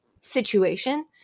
situation